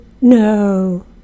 No